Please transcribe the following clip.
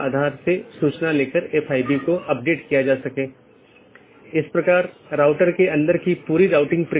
इसलिए हम बाद के व्याख्यान में इस कंप्यूटर नेटवर्क और इंटरनेट प्रोटोकॉल पर अपनी चर्चा जारी रखेंगे